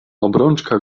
obrączka